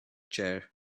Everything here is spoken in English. chair